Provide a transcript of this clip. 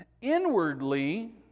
Inwardly